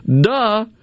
Duh